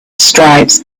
stripes